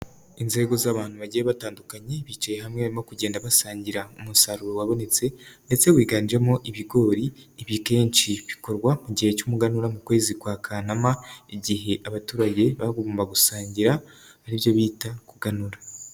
Inzego z'abantu bagiye batandukanye, bicaye hamwe no kugenda basangira umusaruro wabonetse ndetse wiganjemo ibigori, ibi kenshi bikorwa mu gihe cy'umuganura mu kwezi kwa Kanama, igihe abaturage baba bagombaga gusangira, aribyo bita kuganura.